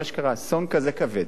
אחרי שקרה אסון כזה כבד,